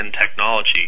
technology